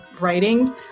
writing